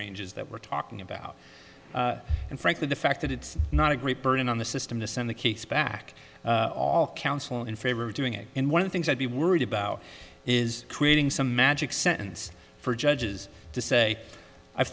ranges that we're talking about and frankly the fact that it's not a great burden on the system to send the case back all counsel in favor of doing it in one of the things i'd be worried about is creating some magic sentence for judges to say i've